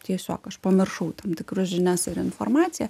tiesiog aš pamiršau tam tikras žinias ir informaciją